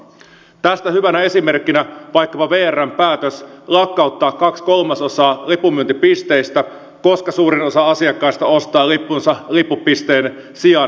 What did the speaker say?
tästä hyvänä esimerkkinä vaikkapa vrn päätös lakkauttaa kaksi kolmasosaa lipunmyyntipisteistä koska suurin osa asiakkaista ostaa lippunsa lippupisteen sijaan verkosta